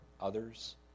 others